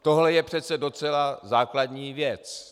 Tohle je přece docela základní věc.